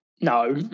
No